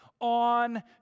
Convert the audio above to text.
on